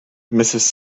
mrs